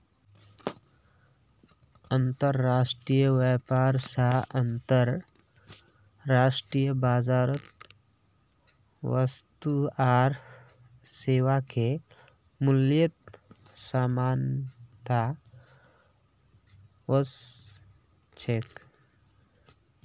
अंतर्राष्ट्रीय व्यापार स अंतर्राष्ट्रीय बाजारत वस्तु आर सेवाके मूल्यत समानता व स छेक